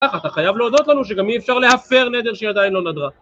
ככה אתה חייב להודות לנו שגם אי אפשר להפר נדר שהיא עדיין לא נדרה